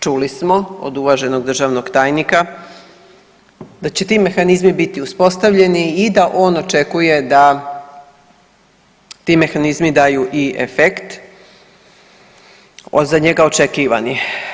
Čuli smo od uvaženog državnog tajnika da će ti mehanizmi biti uspostavljeni i da on očekuje da ti mehanizmi daju i efekt za njega očekivani.